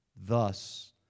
Thus